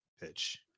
pitch